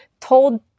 told